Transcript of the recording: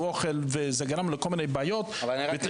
אוכל וזה גרם לכל מיני בעיות --- אבל מכניסים.